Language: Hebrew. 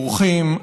אורחים,